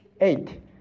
Eight